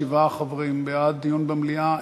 שבעה חברים בעד דיון במליאה,